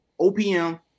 OPM